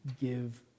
give